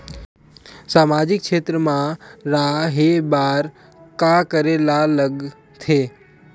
सामाजिक क्षेत्र मा रा हे बार का करे ला लग थे